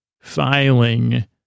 filing